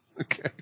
Okay